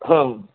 हां